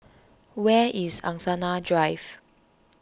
where is Angsana Drive